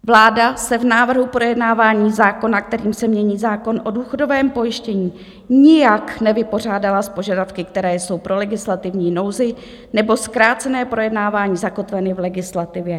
Vláda se v návrhu projednávání zákona, kterým se mění zákon o důchodovém pojištění, nijak nevypořádala s požadavky, které jsou pro legislativní nouzi nebo zkrácené projednávání zakotveny v legislativě.